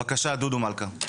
בבקשה דודו מלכא.